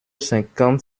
cinquante